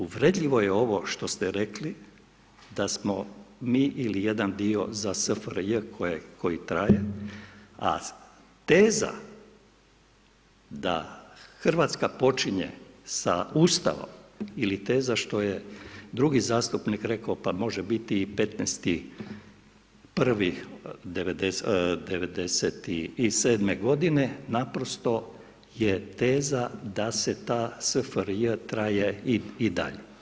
Uvredljivo je ovo što ste rekli da smo mi ili jedan dio za SFRJ koji traje, a teza da Hrvatska počinje sa Ustavom ili teza što je drugi zastupnik rekao pa može biti i 15.1.1997. godine naprosto je teza da se ta SFRJ traje i dalje.